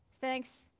Thanks